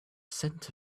scent